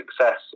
success